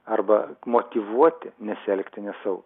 arba motyvuoti nesielgti nesaugiai